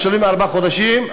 משלמים ארבעה חודשים,